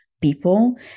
people